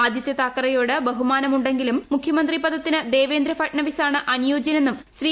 ആദിത്യ താക്കറെയോട് ബഹുമാനം ഉണ്ടെങ്കിലും മുഖ്യമന്ത്രി പദത്തിന് ദേവേന്ദ്ര ഫഡ്നാവിസാണ് അനുയോജ്യനെന്നും ശ്രീ